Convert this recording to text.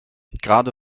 gerade